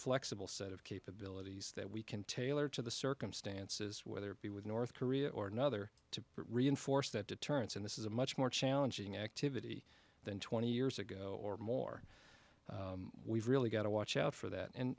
flexible set of capabilities that we can tailor to the circumstances whether it be with north korea or another to reinforce that deterrence and this is a much more challenging activity than twenty years ago or more we've really got to watch out for that and